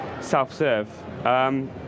self-serve